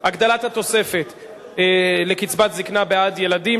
18 בעד, אין מתנגדים,